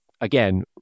again